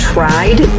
Tried